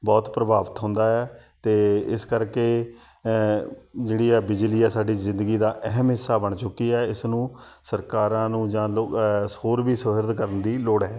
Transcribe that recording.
ਬਹੁਤ ਪ੍ਰਭਾਵਿਤ ਹੁੰਦਾ ਹੈ ਤਾਂ ਇਸ ਕਰਕੇ ਜਿਹੜੀ ਆ ਬਿਜਲੀ ਆ ਸਾਡੀ ਜ਼ਿੰਦਗੀ ਦਾ ਅਹਿਮ ਹਿੱਸਾ ਬਣ ਚੁੱਕੀ ਹੈ ਇਸ ਨੂੰ ਸਰਕਾਰਾਂ ਨੂੰ ਜਾਂ ਲੋ ਹੋਰ ਵੀ ਸੁਹਿਰਦ ਕਰਨ ਦੀ ਲੋੜ ਹੈ